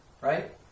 right